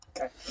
Okay